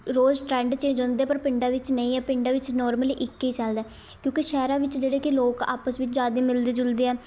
ਰੋਜ਼ trend change ਹੁੰਦੇ ਪਰ ਪਿੰਡਾਂ ਵਿੱਚ ਨਹੀਂ ਹੈ ਪਿੰਡਾਂ ਵਿੱਚ ਨੋਰਮਲੀ ਇੱਕ ਹੀ ਚੱਲਦਾ ਕਿਉਂਕਿ ਸ਼ਹਿਰਾਂ ਵਿੱਚ ਜਿਹੜੇ ਕਿ ਲੋਕ ਆਪਸ ਵਿੱਚ ਜ਼ਿਆਦਾ ਮਿਲਦੇ ਜੁਲਦੇ ਆ